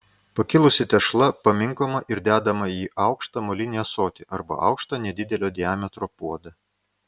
pakilusi tešla paminkoma ir dedama į aukštą molinį ąsotį arba aukštą nedidelio diametro puodą